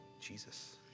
Jesus